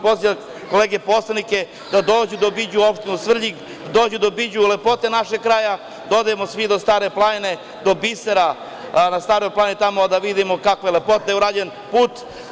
Pozivam kolege poslanike da dođu da obiđu opštinu Svrljig, da dođu da obiđu lepote našeg kraja, da odemo svi do Stare planine, do bisera na Staroj planini, da vidimo kako je lepo urađen put.